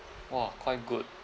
!wah! quite good